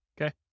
Okay